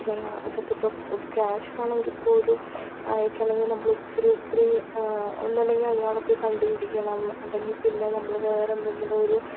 പിന്നെ അതൊക്കെ ഇപ്പം ക്യാഷ് ആണെങ്കിൽ പോലും അയക്കണമെങ്കിൽ നമ്മൾ ഒത്തിരി ഒത്തിരി ഒന്നുല്ലെങ്കിൽ അയാളെ പോയി കണ്ടുപിടിക്കണം അല്ലെങ്കിൽ പിന്നെ നമ്മൾ വേറെ എന്തെങ്കിലു ഒരു